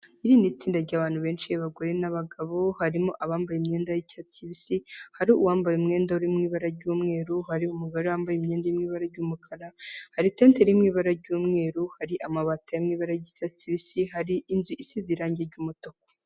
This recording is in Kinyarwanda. Irindi ni tsinda ry'abantu benshi abagore n'abagabo harimo abambaye imyenda y'icyatsi kibisi. Hari uwambaye umwenda urimo ibara ry'umweru. Hari umugore wambaye imyenda irimo ibara ry'umukara. Hari itete ririmo ibara ry'umweru. Hari amabati arimo ibara ry'icyatsi kibisi. Hari inzu isize irangi ry'umutuku.